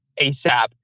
ASAP